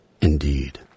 Indeed